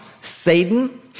Satan